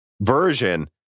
version